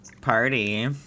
Party